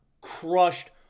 crushed